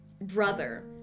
brother